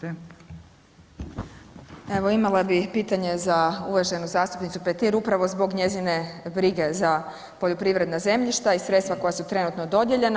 Evo imala bi pitanje za uvaženu zastupnicu Petir upravo zbog njezine brige za poljoprivredna zemljišta i sredstva koja su trenutno dodijeljena.